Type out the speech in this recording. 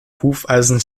hufeisen